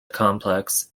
complex